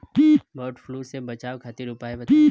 वड फ्लू से बचाव खातिर उपाय बताई?